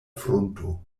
frunto